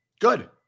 Good